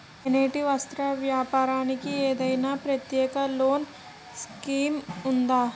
చేనేత వస్త్ర వ్యాపారానికి ఏదైనా ప్రత్యేక లోన్ స్కీం ఉందా?